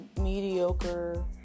mediocre